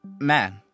Man